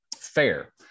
Fair